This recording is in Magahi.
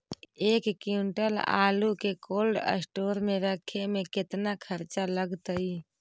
एक क्विंटल आलू के कोल्ड अस्टोर मे रखे मे केतना खरचा लगतइ?